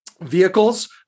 vehicles